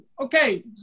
Okay